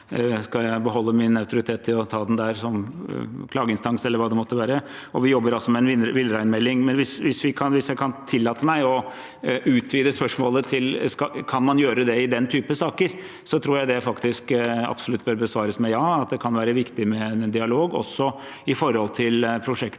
skal jeg beholde min autoritet til å ta den der som klageinstans eller hva det måtte være – og vi jobber altså med en villreinmelding. Hvis jeg kan tillate meg å utvide spørsmålet til: Kan man gjøre det i den type saker? – så tror jeg det faktisk absolutt bør besvares med: Ja, det kan være viktig med dialog også med hensyn til prosjekter